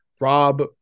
Rob